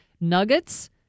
nuggets